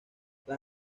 las